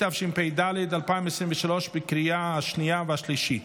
התשפ"ד 2023, לקריאה השנייה והשלישית.